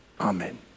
Amen